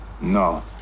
No